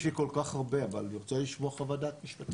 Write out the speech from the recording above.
יש לי כל כך הרבה אבל אני רוצה לשמוע חוות דעת משפטית.